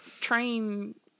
Train